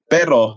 Pero